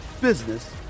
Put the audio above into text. business